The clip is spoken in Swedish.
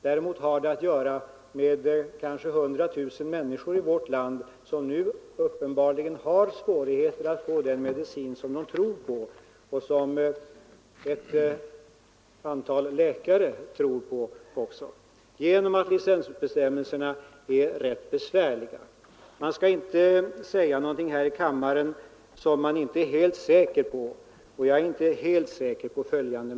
Däremot har det att göra med hundra tusen människor i vårt land som uppenbarligen har svårt att få den medicin som de tror på — och som även ett antal läkare tror på — på grund av att licensbestämmelserna är rätt besvärliga. Man skall visserligen inte säga någonting här i kammaren som man inte är helt säker på — och jag är inte helt säker på följande.